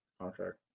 contract